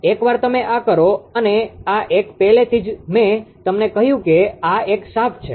એકવાર તમે આ કરો અને આ એક પહેલેથી જ મેં તમને કહ્યું કે આ એક શાફ્ટ છે